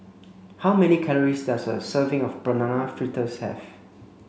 how many calories does a serving of banana fritters have